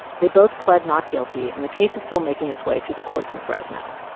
they both pled not guilty, and the case is still making its way through the courts in fresno.